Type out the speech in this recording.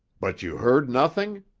but you heard nothing?